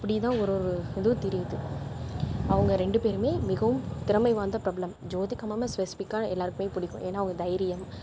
அப்படிதான் ஒரு ஒரு இதுவும் தெரியுது அவங்க ரெண்டு பேரும் மிகவும் திறமை வாய்ந்த பிரபலம் ஜோதிகா மேம் ஸ்பெசிஃபிக்காக எல்லோருக்குமே பிடிக்கும் ஏன்னா அவங்க தைரியம்